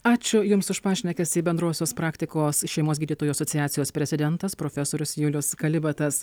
ačiū jums už pašnekesį bendrosios praktikos šeimos gydytojų asociacijos prezidentas profesorius julius kalibatas